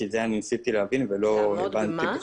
את זה ניסיתי להבין ולא הצלחתי.